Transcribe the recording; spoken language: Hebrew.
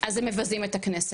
אז הם מבזים את הכנסת,